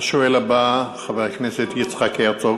השואל הבא, חבר הכנסת יצחק הרצוג.